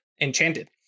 Enchanted